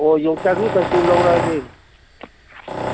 ꯑꯣ ꯌꯣꯡꯆꯥꯛꯁꯨ ꯀꯩꯁꯨ ꯂꯧꯔꯛꯂꯒꯦ